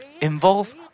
involve